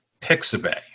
Pixabay